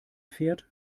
fährt